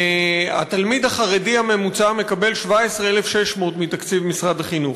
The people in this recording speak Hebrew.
התלמיד החרדי הממוצע מקבל 17,600 מתקציב משרד החינוך,